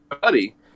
buddy